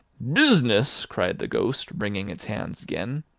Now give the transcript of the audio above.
business! cried the ghost, wringing its hands again.